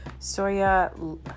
soya